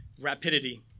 rapidity